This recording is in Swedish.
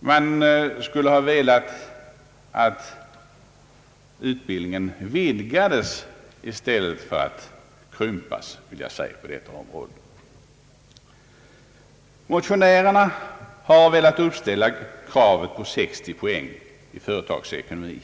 Man skulle vilja att utbildningen vidgades i stället för att krympa. Motionärerna har velat uppställa kravet på 60 poäng i företagsekonomi.